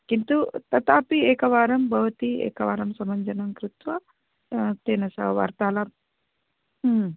किन्तु ततापि एकवारं भवती एकवारं समञ्जनं कृत्वा तेन सह वार्तालापं